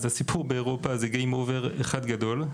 אז הסיפור באירופה זה Game Over אחד גדול.